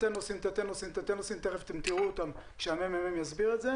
נחלק אותם לתתי-נושאים תכף הממ"מ יסביר אותם